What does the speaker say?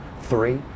three